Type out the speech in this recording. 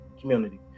community